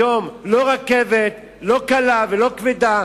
היום לא רכבת, לא קלה ולא כבדה.